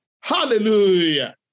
Hallelujah